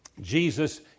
Jesus